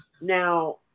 Now